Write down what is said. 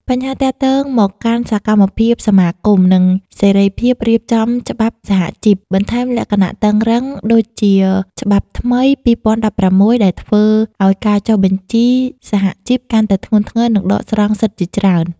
បញ្ហាទាក់ទងមកកាន់សកម្មភាពសមាគម និងសេរីភាពរៀបចំច្បាប់សហជីព បន្ថែមលក្ខណៈតឹងរ៉ឹង ដូចជាច្បាប់ថ្មី ២០១៦ដែលធ្វើឲ្យការចុះបញ្ជីសហជីពកាន់តែធ្ងន់ធ្ងរនិងដកស្រង់សិទ្ធិជាច្រើន។